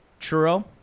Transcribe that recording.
Churro